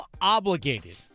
obligated